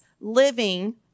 living